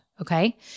Okay